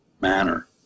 manner